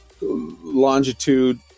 longitude